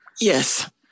Yes